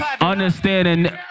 understanding